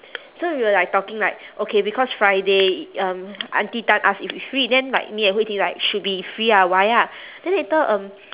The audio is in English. so we were like talking like okay because friday um auntie tan ask if we free then like me and hui ting like should be free ah why ah then later um